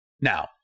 Now